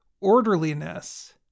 orderliness